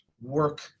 work